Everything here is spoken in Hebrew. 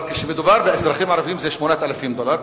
אבל כשמדובר באזרחים ערבים זה 8,000 דולר.